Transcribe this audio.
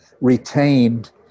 retained